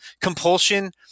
compulsion